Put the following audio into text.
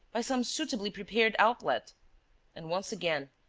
by some suitably prepared outlet and, once again,